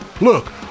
Look